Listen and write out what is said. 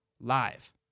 live